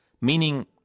Meaning